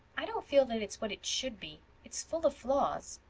i don't feel that it's what it should be. it's full of flaws.